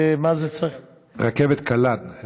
רכבת קלה.